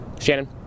Shannon